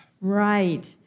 Right